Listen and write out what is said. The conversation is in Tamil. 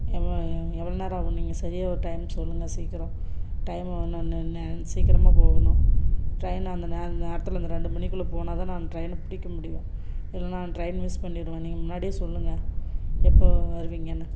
எவ்வ எ எவ்வளோ நேரம் ஆகும் நீங்கள் சரியாக ஒரு டைம் சொல்லுங்கள் சீக்கிரம் டைமை நான் சீக்கிரமாக போகணும் ட்ரெயின்னு அந்த நேர நேரத்தில் அந்த ரெண்டு மணிக்குள்ளே போனால் தான் நான் அந்த ட்ரெயினை பிடிக்க முடியும் இல்லன்னா ட்ரெயின் மிஸ் பண்ணிவிடுவேன் நீங்கள் முன்னாடியே சொல்லுங்கள் எப்போ வருவீங்கன்னு